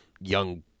young